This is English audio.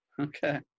Okay